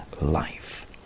life